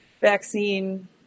vaccine